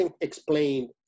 explained